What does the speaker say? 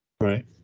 Right